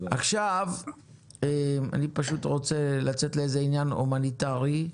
עכשיו אני רוצה לצאת לאיזה עניין הומניטרי.